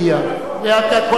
הכול ברור.